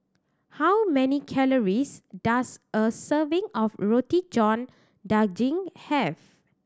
how many calories does a serving of Roti John Daging have